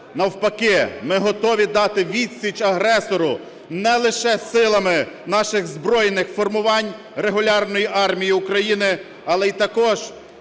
навпаки ми готові дати відсіч агресору не лише силами наших збройних формувань регулярної армії України, але і також